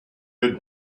had